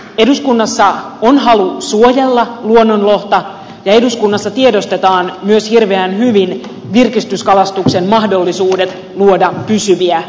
eduskunnassa on halu suojella luonnonlohta ja eduskunnassa tiedostetaan myös hirveän hyvin virkistyskalastuksen mahdollisuudet luoda pysyviä työpaikkoja